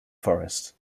forest